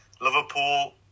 Liverpool